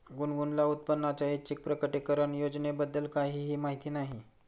गुनगुनला उत्पन्नाच्या ऐच्छिक प्रकटीकरण योजनेबद्दल काहीही माहिती नाही